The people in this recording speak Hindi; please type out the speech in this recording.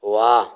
वाह